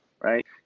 right